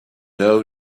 know